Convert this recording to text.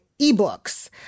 ebooks